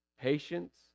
patience